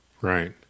Right